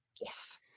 yes